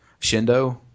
Shindo